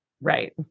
Right